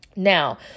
Now